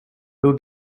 who